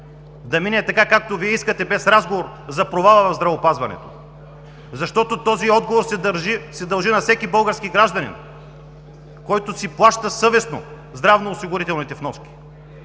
да мине така, както Вие искате, без разговор за провала в здравеопазването. Този отговор се дължи на всеки български гражданин, който си плаща съвестно здравноосигурителните вноски